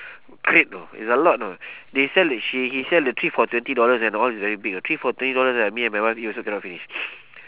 plate you know it's a lot you know they sell like she he sell the three for twenty dollars and all it's very big you know three for twenty dollars right me and my wife we also cannot finish